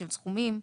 של סכומים.